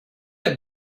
have